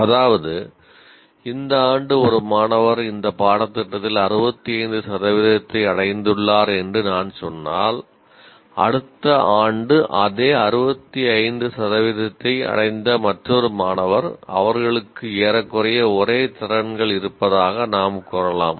அதாவது இந்த ஆண்டு ஒரு மாணவர் இந்த பாடத்திட்டத்தில் 65 சதவீதத்தை அடைந்துள்ளார் என்று நான் சொன்னால் அடுத்த ஆண்டு அதே 65 சதவீதத்தை அடைந்த மற்றொரு மாணவர் அவர்களுக்கு ஏறக்குறைய ஒரே திறன்கள் இருப்பதாக நாம் கூறலாம்